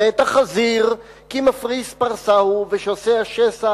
ואת החזיר כי מפריס פרסה הוא ושסע שסע